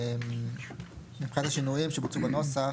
מבחינת השינויים שבוצעו בנוסח,